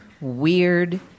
weird